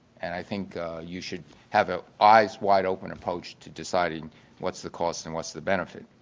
and i think you should have an eyes wide open approach to deciding what's the cost and what's the benefit.